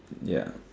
ya